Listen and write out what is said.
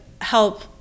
help